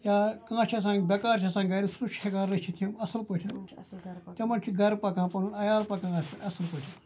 یا کانٛہہ چھِ آسان بیکار چھِ آسان گَرِ سُہ چھِ ہٮ۪کان رٔچھِتھ یِم اَصٕل پٲٹھۍ تِمَن چھِ گَرٕ پَکان پَنُن عیال پَکان اَتھ پٮ۪ٹھ اَصٕل پٲٹھۍ